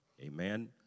Amen